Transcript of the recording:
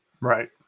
Right